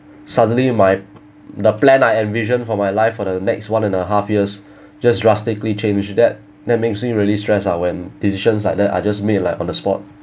suddenly my the plan I envision for my life for the next one and a half years just drastically change that that makes me really stressed ah when decisions like that are just made like on the spot